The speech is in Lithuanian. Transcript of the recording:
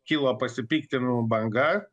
kilo pasipiktinimų banga